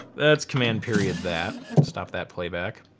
let's command period that. stop that playback.